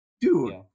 dude